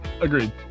Agreed